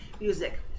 music